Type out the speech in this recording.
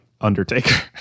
undertaker